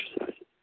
exercises